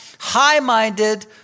high-minded